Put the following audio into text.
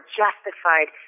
justified